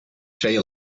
jay